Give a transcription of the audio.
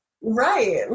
Right